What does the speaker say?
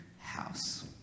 house